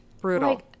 Brutal